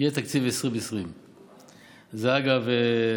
יהיה תקציב 2020. זו, אגב,